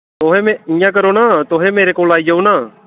तुसें इ'यां करो ना तुसें मेरे कोल आई जाओ ना